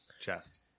Chest